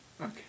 Okay